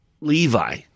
Levi